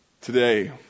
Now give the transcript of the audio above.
today